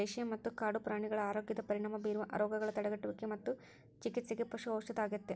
ದೇಶೇಯ ಮತ್ತ ಕಾಡು ಪ್ರಾಣಿಗಳ ಆರೋಗ್ಯದ ಪರಿಣಾಮ ಬೇರುವ ರೋಗಗಳ ತಡೆಗಟ್ಟುವಿಗೆ ಮತ್ತು ಚಿಕಿತ್ಸೆಗೆ ಪಶು ಔಷಧ ಅಗತ್ಯ